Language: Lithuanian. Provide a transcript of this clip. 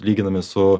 lyginami su